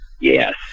Yes